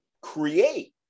create